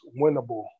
winnable